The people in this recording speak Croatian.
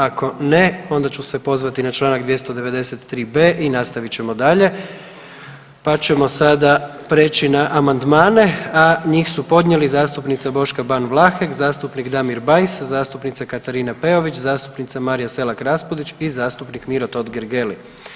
Ako ne onda ću se pozvati na čl.293.b. i nastavit ćemo dalje, pa ćemo sada preći na amandmane, a njih su podnijeli zastupnica Boška Ban Vlahek, zastupnik Damir Bajs, zastupnica Katarina Peović, zastupnica Marija Selak Raspudić i zastupnik Miro Totgergeli.